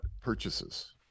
purchases